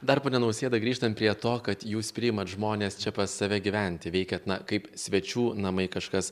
dar pone nausėda grįžtant prie to kad jūs priimat žmones čia pas save gyventi veikiat na kaip svečių namai kažkas